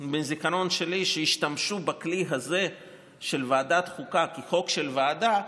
בזיכרון שלי שהשתמשו בכלי הזה של ועדת החוקה כחוק של ועדה